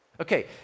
Okay